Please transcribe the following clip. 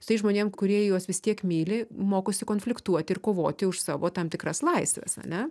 su tais žmonėm kurie juos vis tiek myli mokosi konfliktuoti ir kovoti už savo tam tikras laisves ane